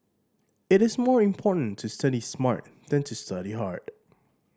it is more important to study smart than to study hard